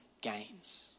gains